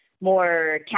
more